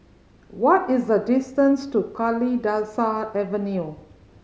what is the distance to Kalidasa Avenue